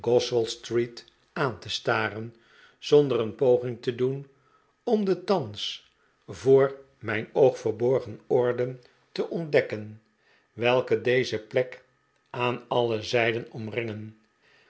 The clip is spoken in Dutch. aan te staren zonder een poging te doen om de thans voor mijn oog verborgen oorden te ontdekk en welke deze plek aan alle zijden omringen